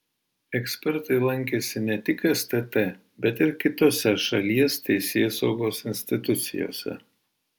ekspertai lankėsi ne tik stt bet ir kitose šalies teisėsaugos institucijose